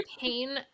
pain